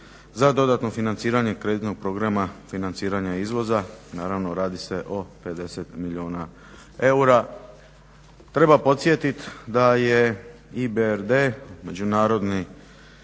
za "Dodatno financiranje kreditno programa financiranja izvoza", naravno radi se o 50 milijuna eura. Treba podsjetiti da je EBRD Međunarodna